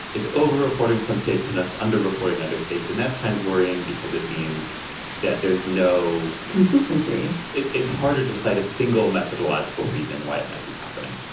it's overreporting some states and it's underreporting other states. and that's kind of worrying because it means that there's no consistency. it's harder to cite a single methodological reason why it might be happening.